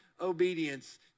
obedience